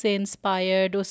inspired